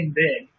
big